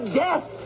death